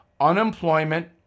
unemployment